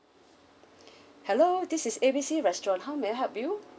hello this is A B C restaurant how may I help you